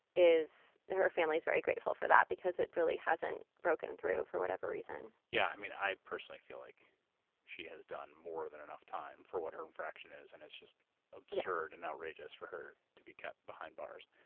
her family's very grateful for that, because it really hasn't broken through for whatever reason. yeah, i mean, i personally feel like she has done more than enough time for what her infraction is, and it's just absurd and outrageous for her to be kept behind bars.